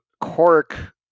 Cork